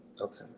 Okay